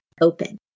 open